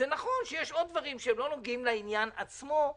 נכון שיש עוד דברים שלא נוגעים לעניין עצמו,